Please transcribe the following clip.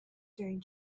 during